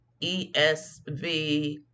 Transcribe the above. esv